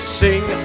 sing